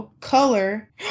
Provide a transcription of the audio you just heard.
color